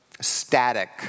static